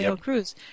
Cruz